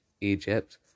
Egypt